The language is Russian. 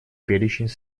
перечень